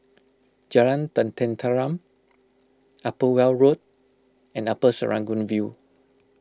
Jalan Tenteram Upper Weld Road and Upper Serangoon View